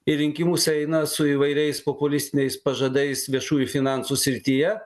į rinkimus eina su įvairiais populistiniais pažadais viešųjų finansų srityje